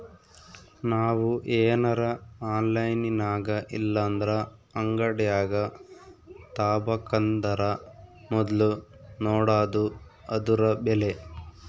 ನಾವು ಏನರ ಆನ್ಲೈನಿನಾಗಇಲ್ಲಂದ್ರ ಅಂಗಡ್ಯಾಗ ತಾಬಕಂದರ ಮೊದ್ಲು ನೋಡಾದು ಅದುರ ಬೆಲೆ